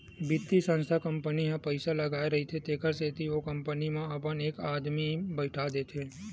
बित्तीय संस्था ह कंपनी म पइसा लगाय रहिथे तेखर सेती ओ कंपनी म अपन एक आदमी बइठा देथे